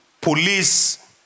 police